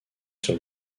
sur